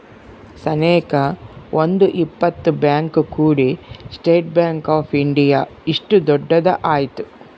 ಸನೇಕ ಒಂದ್ ಇಪ್ಪತ್ ಬ್ಯಾಂಕ್ ಕೂಡಿ ಸ್ಟೇಟ್ ಬ್ಯಾಂಕ್ ಆಫ್ ಇಂಡಿಯಾ ಇಷ್ಟು ದೊಡ್ಡದ ಆಯ್ತು